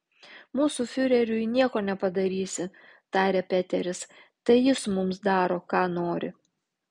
mūsų fiureriui nieko nepadarysi tarė peteris tai jis mums daro ką nori